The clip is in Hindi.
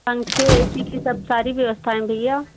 पंखे ए सी की सब सारी व्यवस्था है ना भैया